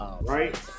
Right